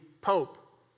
Pope